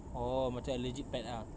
oh macam a legit pet ah